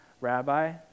rabbi